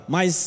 Mas